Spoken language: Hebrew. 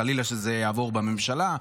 חלילה שזה יעבור בממשלה.